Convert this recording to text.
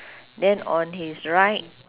then on his right